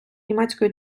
німецької